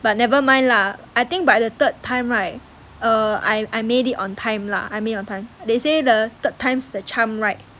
but never mind lah I think by the third time right err I made it on time lah I made it on time they say the third time's the charm right